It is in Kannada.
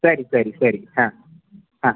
ಸರಿ ಸರಿ ಸರಿ ಹಾಂ ಹಾಂ